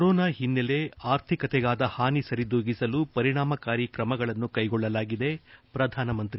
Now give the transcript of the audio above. corona ಹಿನ್ನೆಲೆ ಆರ್ಥಿಕತೆಗಾದ ಹಾನಿ ಸರಿದೂಗಿಸಲು ಪರಿಣಾಮಕಾರಿ ಕ್ರಮಗಳನ್ನು ಕ್ಲೆಗೊಳ್ಳಲಾಗಿದೆ ಪ್ರಧಾನ ಮಂತ್ರಿ